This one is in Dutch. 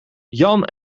jan